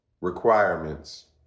requirements